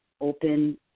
open